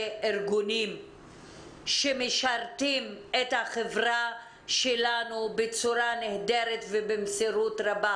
ארגונים שמשרתים את החברה שלנו בצורה נהדרת ובמסירות רבה.